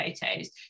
photos